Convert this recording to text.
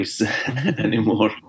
anymore